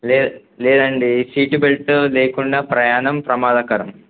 లేద లేదండి seat belt లేకుండా ప్రయాణం ప్రమాదకరం